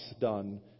done